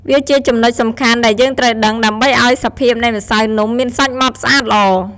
វាជាចំណុចសំខាន់ដែលយើងត្រូវដឹង ដើម្បីឱ្យសភាពនៃម្សៅនំមានសាច់ម៉ដ្ឋស្អាតល្អ។